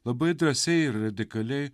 labai drąsiai ir radikaliai